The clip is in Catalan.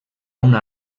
una